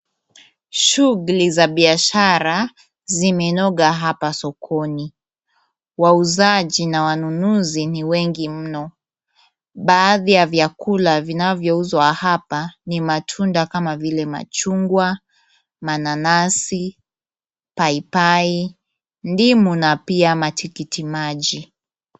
Shughuli za biashara zimenoga hapa sokoni. Wauzaji na wanunuzi ni wengi mno. Baadhi ya vyakula vinavyouzwa hapa ni matunda kama vile machungwa, mananasi, paipai, ndimu na pia matikitimaji.